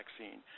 vaccine